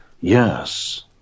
Yes